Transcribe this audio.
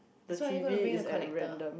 the t_v is at random